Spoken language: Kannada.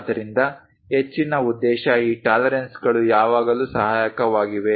ಆದ್ದರಿಂದ ಹೆಚ್ಚಿನ ಉದ್ದೇಶ ಈ ಟಾಲರೆನ್ಸ್ಗಳು ಯಾವಾಗಲೂ ಸಹಾಯಕವಾಗಿವೆ